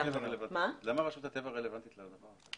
למה רשות הטבע רלוונטית לדבר?